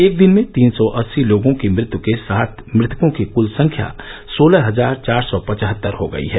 एक दिन में तीन सौ अस्सी लोगों की मृत्य के साथ मृतकों की क्ल संख्या सोलह हजार चार सौ पचहत्तर हो गई है